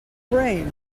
brain